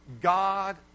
God